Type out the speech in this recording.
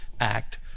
act